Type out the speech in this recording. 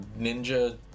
Ninja